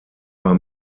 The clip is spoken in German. war